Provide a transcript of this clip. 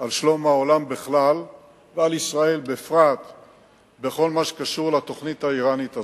על שלום העולם בכלל ועל ישראל בפרט בכל מה שקשור לתוכנית האירנית הזאת.